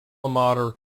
mater